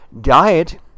Diet